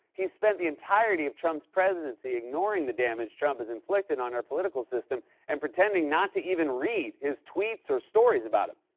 he spent the entirety of trump's presidency ignoring the damage trump has inflicted on our political system and pretending not to even read his tweets or stories about him.